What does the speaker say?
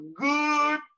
good